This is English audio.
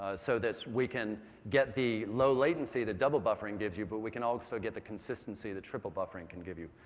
ah so this we can get the low latency the double buffering gives you, but we can also get the consistency that triple buffering can give you,